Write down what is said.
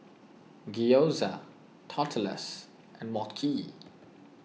Gyoza Tortillas and Mochi